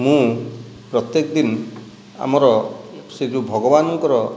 ମୁଁ ପ୍ରତ୍ୟେକ ଦିନ ଆମର ସେ ଯେଉଁ ଭଗବାନଙ୍କର